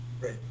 Great